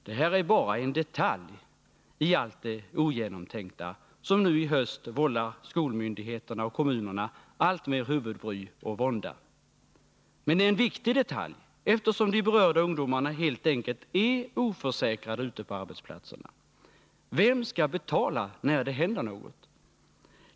Det här är bara en detalj i allt det ogenomtänkta, som nu i höst vållar skolmyndigheterna och kommunerna alltmer huvudbry och vånda. Men det är en viktig detalj, eftersom de berörda ungdomarna helt enkelt är oförsäkrade ute på arbetsplatserna. Vem skall betala när det händer något?